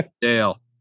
Dale